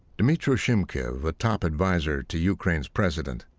dmytro shymkiv, a top adviser to ukraine's president,